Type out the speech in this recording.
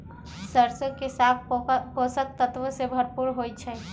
सरसों के साग पोषक तत्वों से भरपूर होई छई